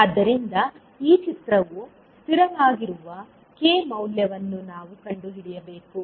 ಆದ್ದರಿಂದ ಈ ಚಿತ್ರವು ಸ್ಥಿರವಾಗಿರುವ k ಮೌಲ್ಯವನ್ನು ನಾವು ಕಂಡುಹಿಡಿಯಬೇಕು